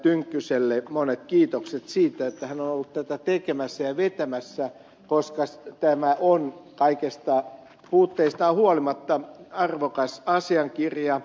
tynkkyselle monet kiitokset siitä että hän on ollut tätä tekemässä ja vetämässä koska tämä on kaikista puutteistaan huolimatta arvokas asiakirja